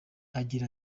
agira